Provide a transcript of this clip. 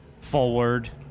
forward